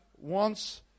wants